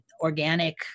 organic